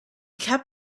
kept